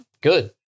Good